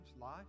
life